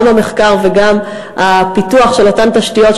גם במחקר וגם בפיתוח של אותן תשתיות,